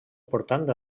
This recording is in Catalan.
portant